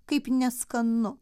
kaip neskanu